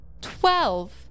Twelve